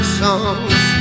songs